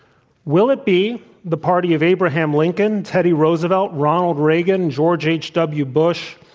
will it be the party of abraham lincoln, teddy roosevelt, ronald reagan, george h. w. bush,